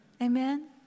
amen